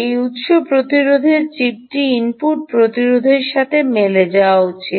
এই উত্স প্রতিরোধের চিপ ইনপুট প্রতিরোধের সাথে মেলে উচিত